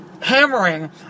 hammering